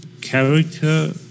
character